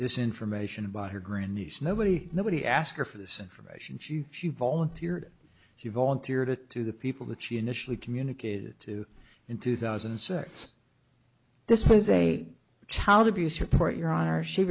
this information by her grand niece nobody nobody asked her for this information she she volunteered she volunteered it to the people that she initially communicated to in two thousand and six this was a child abuse report your honor she